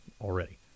already